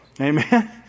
Amen